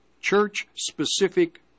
Church-specific